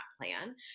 plan